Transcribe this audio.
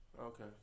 Okay